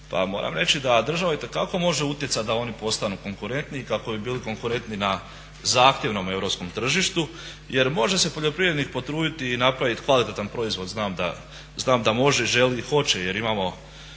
pa moram reći da država itekako može utjecati da oni postanu konkurentniji kako bi bili konkurentni na zahtjevnom europskom tržištu. Jer može se poljoprivrednik potruditi i napraviti kvalitetan proizvod, znam da može, želi i hoće jer imamo